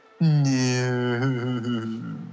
No